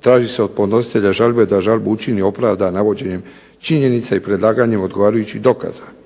traži se od podnositelja žalbe da žalbu učini i opravda navođenjem činjenica i predlaganjem odgovarajućih dokaza.